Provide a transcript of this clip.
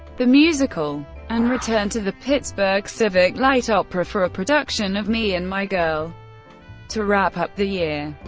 the musical and returned to the pittsburgh civic light opera for a production of me and my girl to wrap up the year.